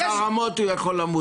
גם בחרמות הוא יכול למות.